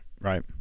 right